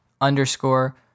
underscore